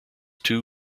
two